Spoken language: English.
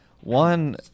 One